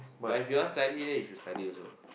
but if you want study then you should study also